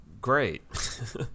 great